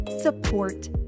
support